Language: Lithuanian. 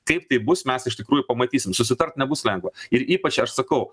kaip tai bus mes iš tikrųjų pamatysim susitart nebus lengva ir ypač aš sakau